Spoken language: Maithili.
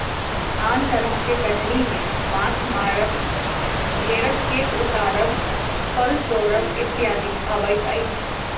आन तरह के कटनी मे माछ मारब, भेंड़क केश उतारब, फल तोड़ब इत्यादि अबैत अछि